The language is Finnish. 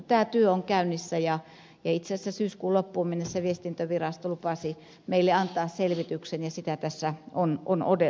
tämä työ on käynnissä ja itse asiassa syyskuun loppuun mennessä viestintävirasto lupasi meille antaa selvityksen ja sitä tässä on odoteltu